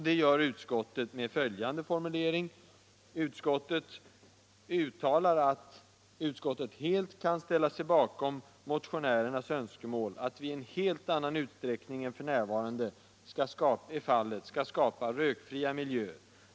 Det gör utskottet genom att uttala ”att utskottet helt kan ställa sig bakom motionärernas önskemål att vi i en helt annan utsträckning än f. n. är fallet skall skapa rökfria miljöer.